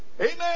amen